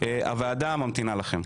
הוועדה ממתינה לכם.